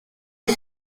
est